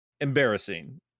embarrassing